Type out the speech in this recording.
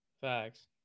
Facts